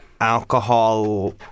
alcohol